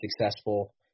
successful